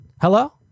Hello